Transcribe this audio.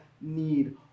need